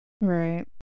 Right